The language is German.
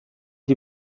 die